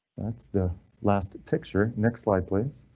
that's the last picture. next slide, please.